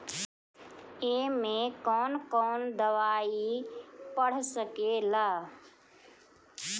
ए में कौन कौन दवाई पढ़ सके ला?